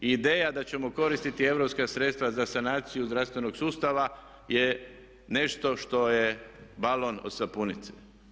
Ideja da ćemo koristiti europska sredstva za sanaciju zdravstvenog sustava je nešto što je balon od sapunice.